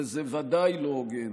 וזה ודאי לא הוגן